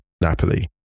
Napoli